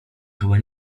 chyba